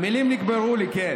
נגמרות לי המילים,